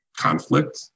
conflict